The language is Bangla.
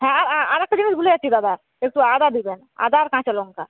হ্যাঁ আরেকটা জিনিস ভুলে যাচ্ছি দাদা একটু আদা দিবেন আদা আর কাঁচালঙ্কা